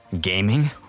Gaming